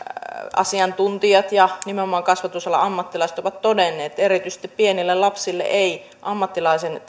asiantuntijat ja nimenomaan kasvatusalan ammattilaiset ovat todenneet että erityisesti pienille lapsille ei ammattilaisen